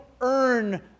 earn